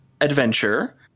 adventure